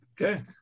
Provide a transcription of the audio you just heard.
Okay